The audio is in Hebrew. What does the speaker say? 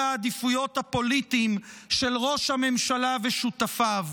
העדיפויות הפוליטיים של ראש הממשלה ושותפיו,